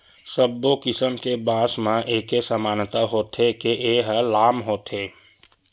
सब्बो किसम के बांस म एके समानता होथे के ए ह लाम होथे